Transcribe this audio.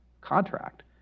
contract